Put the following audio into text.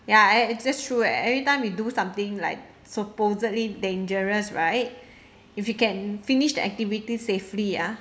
ya it's it's true every everytime we do something like supposedly dangerous right if you can finish the activity safely ah